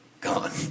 gone